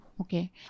okay